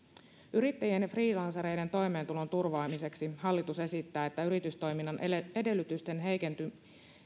yrittäjien ja freelancereiden toimeentulon turvaamiseksi hallitus esittää että yritystoiminnan edellytysten heikentyminen